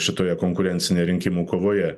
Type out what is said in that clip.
šitoje konkurencinėje rinkimų kovoje